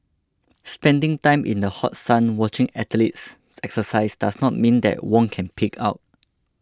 spending time in the hot sun watching athletes exercise does not mean that Wong can pig out